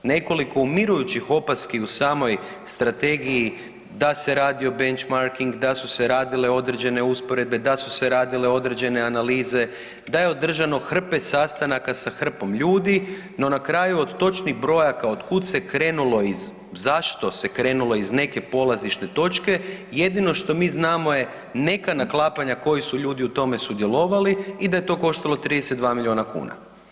Nekoliko umirujućih opaski u samoj Strategiji da se radi o benchmarking da su se radile određene usporedbe, da su se radile određene analize, da je održano hrpe sastanaka sa hrpom ljudi, no na kraju od točnih brojaka od kud se krenulo i zašto se krenulo iz neke polazišne točke, jedino što mi znamo je neka naklapanja koji su ljudi u tome sudjelovali i da je to koštalo 32 milijuna kuna.